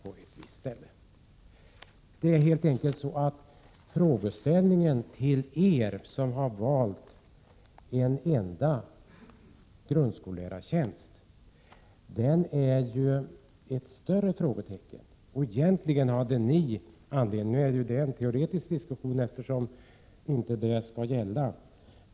Frågetecknet är större för er som har valt en enda grundskollärartjänst. Denna diskussion är teoretisk, eftersom det förslaget inte skall gälla.